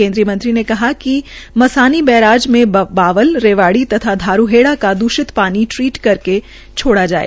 केन्द्रीय मंत्री ने कहा कि मसानी बैराज में बावल रेवाडी व धारूहेडा का दूषित पानी ट्रीट करके ही छोडा जाए